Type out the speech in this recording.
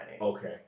Okay